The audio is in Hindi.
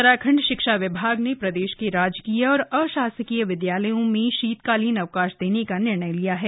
उत्तराखंड शिक्षा विभाग ने प्रदेश के राजकीय और अशासकीय विद्यालयों में शीतकालीन अवकाश देने का निर्णय लिया है